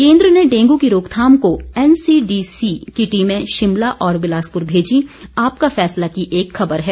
केंद्र ने डेंगू की रोकथाम को एनसीडीसी की टीमें शिमला और बिलासपुर भेजी आपका फैसला की एक खबर है